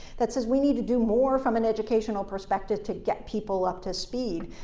that says we need to do more from an educational perspective to get people up to speed.